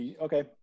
Okay